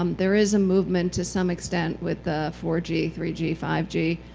um there is a movement, to some extent, with ah four g, three g, five g,